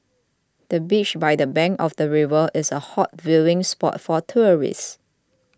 the bench by the bank of the river is a hot viewing spot for tourists